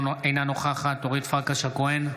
אינה נוכחת אורית פרקש הכהן,